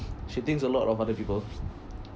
she thinks a lot of other people